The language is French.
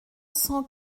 cent